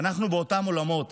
ואנחנו באותם עולמות.